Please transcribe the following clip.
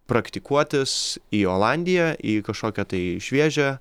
praktikuotis į olandiją į kažkokią tai šviežią